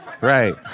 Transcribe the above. Right